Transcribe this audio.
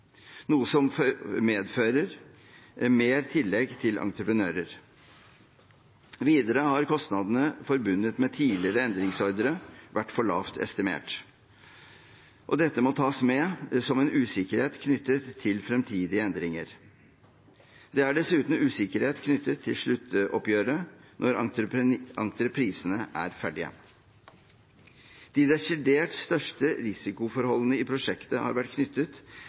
noe som medfører mer tillegg til entreprenører. Videre har kostnadene forbundet med tidligere endringsordrer vært for lavt estimert, og dette må tas med som en usikkerhet knyttet til fremtidige endringer. Det er dessuten usikkerhet knyttet til sluttoppgjøret når entreprisene er ferdige. De desidert største risikoforholdene i prosjektet har vært knyttet